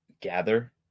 gather